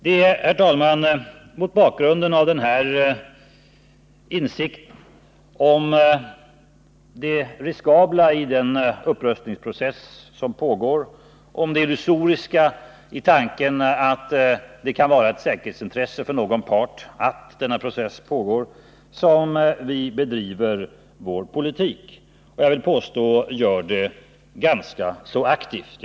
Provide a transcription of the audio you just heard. Det är, fru talman, med insikter om det riskabla i den upprustningsprocess som pågår som vi bedriver vår politik. Och jag vill påstå att vi gör det ganska aktivt.